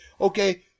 Okay